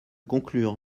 conclure